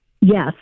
Yes